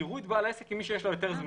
יראו את בעל העסק כמי שיש לו היתר זמני".